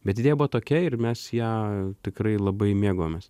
bet idėja buvo tokia ir mes ja tikrai labai mėgavomės